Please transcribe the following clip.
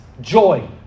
joy